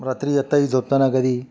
रात्री यताई झोपताना कधी